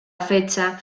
fecha